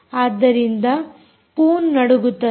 ಆದ್ದರಿಂದ ಫೋನ್ ನಡುಗುತ್ತದೆ